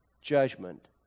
judgment